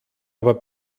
aber